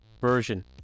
version